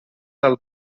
del